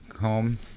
home